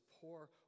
poor